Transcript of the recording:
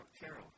Carol